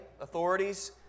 authorities